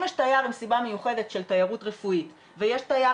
אם יש תייר עם סיבה מיוחדת של תיירות רפואית ויש תייר